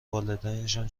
والدینشان